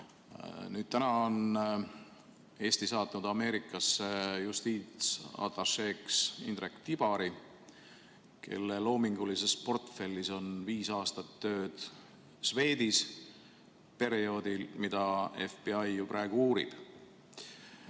Nüüd on Eesti saatnud Ameerikasse justiitsatašeeks Indrek Tibari, kelle loomingulises portfellis on viis aastat tööd Swedbankis perioodil, mida FBI ju praegu uurib.